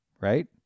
right